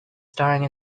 staring